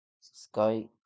Sky